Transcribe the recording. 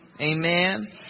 Amen